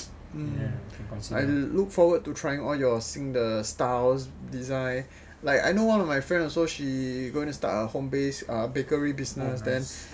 hmm I look forward to trying all your 新的 styles design like I know one of my friend also she going to start a home based bakery business